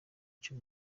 cyo